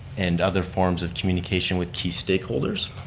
and other forms of communication with key stakeholders.